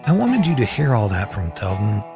and wanted you to hear all that from theldon,